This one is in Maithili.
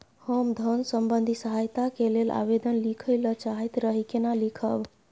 हम धन संबंधी सहायता के लैल आवेदन लिखय ल चाहैत रही केना लिखब?